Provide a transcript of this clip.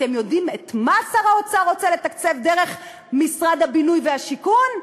אתם יודעים את מה שר האוצר רוצה לתקצב דרך משרד הבינוי והשיכון?